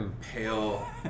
pale